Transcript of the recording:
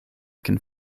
can